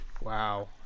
Wow